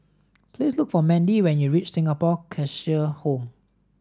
please look for Mendy when you reach Singapore Cheshire Home